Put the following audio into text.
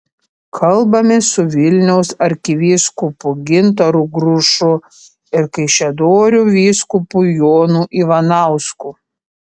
kalbamės su vilniaus arkivyskupu gintaru grušu ir kaišiadorių vyskupu jonu ivanausku